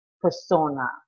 persona